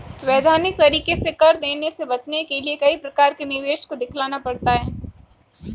वैधानिक तरीके से कर देने से बचने के लिए कई प्रकार के निवेश को दिखलाना पड़ता है